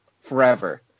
forever